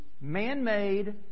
man-made